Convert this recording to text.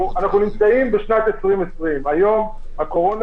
אנחנו נמצאים בשנת 2020. היום הקורונה